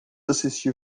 assistir